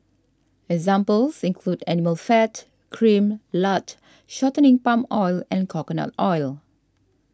examples include animal fat cream lard shortening palm oil and coconut oil